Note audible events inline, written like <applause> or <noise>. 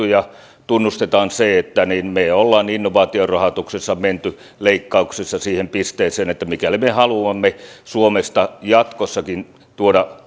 <unintelligible> ja tunnustamme sen että me olemme innovaatiorahoituksessa menneet leikkauksissa siihen pisteeseen että mikäli me haluamme suomesta jatkossakin tuoda <unintelligible>